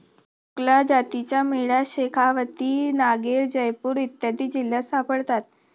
चोकला जातीच्या मेंढ्या शेखावती, नागैर, जयपूर इत्यादी जिल्ह्यांत सापडतात